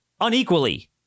unequally